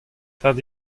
tad